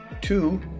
two